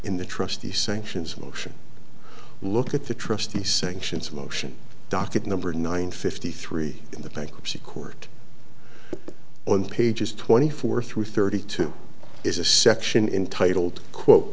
in the trust the sanctions will look at the trustee sanctions motion docket number nine fifty three in the bankruptcy court on pages twenty four through thirty two is a section in titled quote